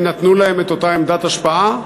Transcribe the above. הם נתנו להם את אותה עמדת השפעה,